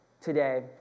today